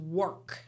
work